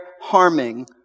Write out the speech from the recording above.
harming